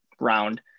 round